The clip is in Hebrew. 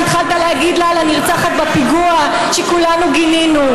והתחלת להגיד לה על הנרצחת בפיגוע שכולנו גינינו,